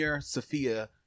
Sophia